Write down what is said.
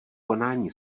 konání